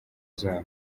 zabo